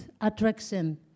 attraction